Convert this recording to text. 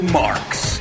marks